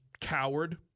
coward